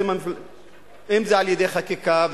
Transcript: אם על-ידי חקיקה,